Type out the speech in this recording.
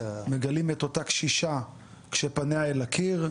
מגלים את אותה קשישה כשפניה אל הקיר,